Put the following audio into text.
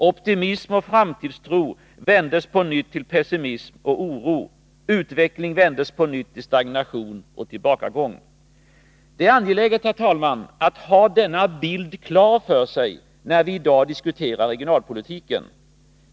Optimism och framtidstro vändes på nytt till pessimism och oro. Utveckling vändes på nytt till stagnation och tillbakagång. Det är angeläget, herr talman, att ha denna bild klar för sig när vi i dag diskuterar regionalpolitiken.